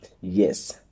yes